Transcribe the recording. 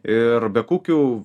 ir be kukių